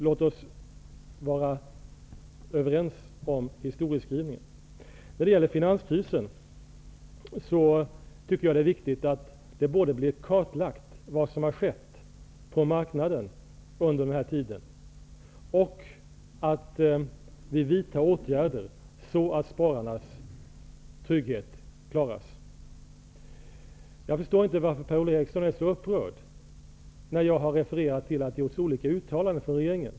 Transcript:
Låt oss vara överens om historieskrivningen. När det gäller finanskrisen tycker jag att det är viktigt både att det blir kartlagt vad som har skett på marknaden under den här tiden och att det vidtas åtgärder för att klara tryggheten för spararna. Jag förstår inte varför Per-Ola Eriksson blir så upprörd när jag refererar till olika uttalanden från regeringen.